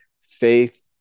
faith